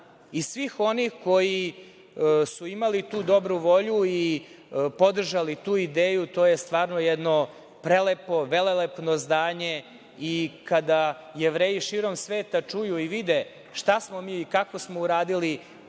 i svih onih koji su imali tu dobru volju i podržali tu ideju. To je stvarno jedno prelepo, velelepno zdanje, i kada Jevreji širom sveta čuju i vide šta smo mi i kako smo uradili